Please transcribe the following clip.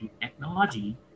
technology